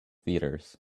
theatres